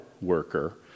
worker